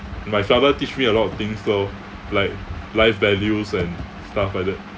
my father teach me a lot of things lor like life values and stuff like that